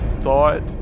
thought